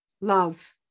love